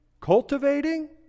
cultivating